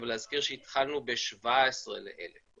אבל להזכיר שהתחלנו ב-17 ל-1,000.